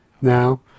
now